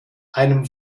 einem